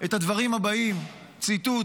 את הדברים הבאים, ציטוט: